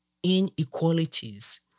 inequalities